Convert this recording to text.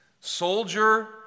Soldier